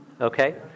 Okay